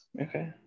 Okay